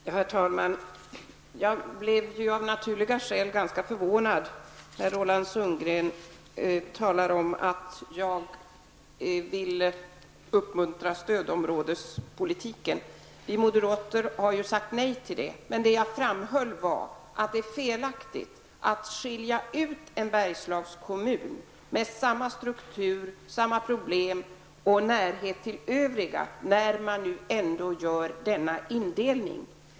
Herr talman! Jag blev av naturliga skäl ganska förvånad när Roland Sundgren talade om att jag vill uppmuntra stödområdespolitik. Vi moderater har sagt nej till den. Vad jag framhöll var att det är felaktigt att skilja ut en Bergsslagskommun med samma struktur och problem som övriga kommuner och samma närhet till övriga när man ändå gör en indelning.